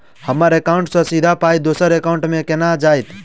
हम्मर एकाउन्ट सँ सीधा पाई दोसर एकाउंट मे केना जेतय?